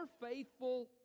faithful